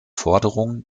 forderungen